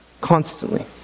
constantly